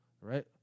right